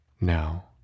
Now